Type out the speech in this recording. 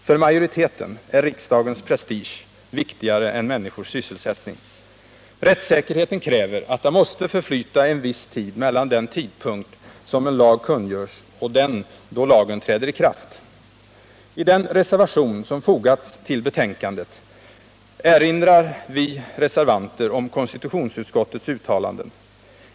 För majoriteten är riksdagens prestige viktigare än människors sysselsättning. Rättssäkerheten kräver att det måste förflyta en viss tid mellan den tidpunkt då en lag kungörs och den då lagen träder i kraft. I den reservation som fogats vid betänkandet erinrar vi reservanter om konstitutionsutskottets uttalanden.